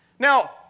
Now